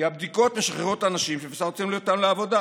כי הבדיקות משחררות את האנשים שאפשר להוציא לעבודה.